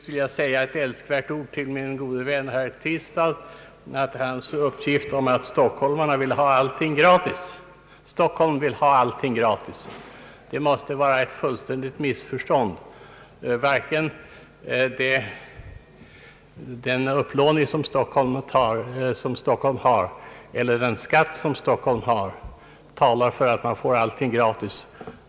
Till slut ett älskvärt ord till min gode vän herr Tistad med anledning av hans uppgift att stockholmarna »vill ha allting gratis». Detta måste vara ett fullständigt missförstånd. Varken Stockholms stads upplåning eller kommunalskatten i Stockholm talar för att stockholmarna får allting gratis.